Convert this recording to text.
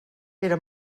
era